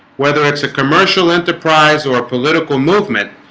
whether it's a commercial enterprise or a political movement